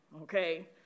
Okay